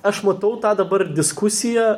aš matau tą dabar diskusiją